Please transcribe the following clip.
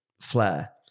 flair